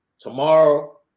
Tomorrow